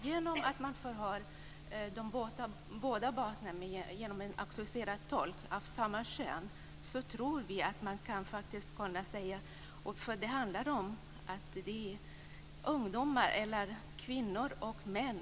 Genom att man förhör båda parterna med en auktoriserad tolk av samma kön tror vi att det ska gå att utreda. Det handlar om kvinnor och män över 18 år. Det handlar inte om barn.